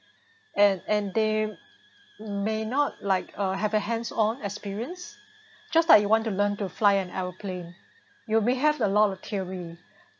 and and they may not like uh have a hands on experience just like you want to learn to fly an aeroplane you may have a lot of theory